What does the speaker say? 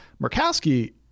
Murkowski